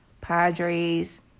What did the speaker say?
Padres